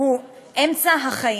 הוא אמצע החיים.